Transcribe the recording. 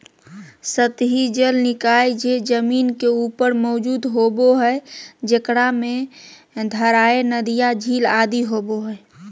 सतही जल निकाय जे जमीन के ऊपर मौजूद होबो हइ, जेकरा में धाराएँ, नदियाँ, झील आदि होबो हइ